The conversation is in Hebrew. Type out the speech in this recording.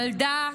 ילדה,